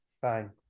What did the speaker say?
Fine